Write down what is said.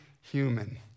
human